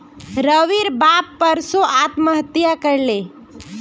रविर बाप परसो आत्महत्या कर ले